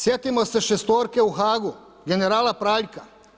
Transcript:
Sjetimo se šestorke u Haagu, generala Praljka.